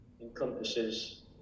encompasses